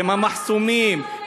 אם המחסומים,